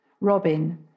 Robin